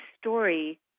story